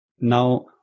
Now